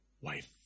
wife